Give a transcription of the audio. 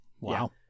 wow